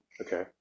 okay